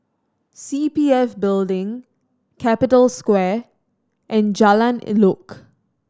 C P F Building Capital Square and Jalan Elok